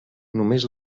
només